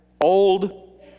Old